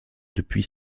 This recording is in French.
depuis